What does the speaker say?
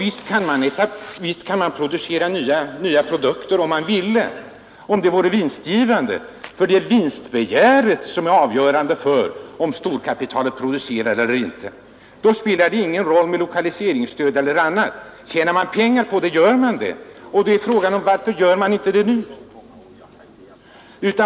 Visst kan storkapitalets företag producera nya produkter om de vill, dvs. om det är vinstgivande. För det är vinstbegäret som är avgörande för om storkapitalet producerar eller inte. Då spelar inte lokaliseringsstöd någon roll. Tjänar man pengar på det, så gör man det. Frågan är: Varför gör man inte det nu?